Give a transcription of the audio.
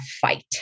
fight